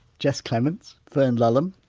jess clements, fern lulham,